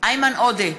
איימן עודה,